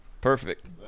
Perfect